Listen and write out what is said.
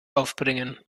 aufbringen